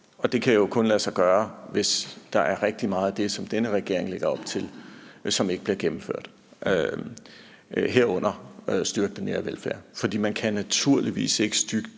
Og det kan jo kun lade sig gøre, hvis der er rigtig meget af det, som den her regering lægger op til, som ikke bliver gennemført, herunder at styrke den nære velfærd. For man kan naturligvis ikke styrke